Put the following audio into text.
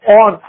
on